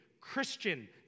Christian